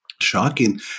shocking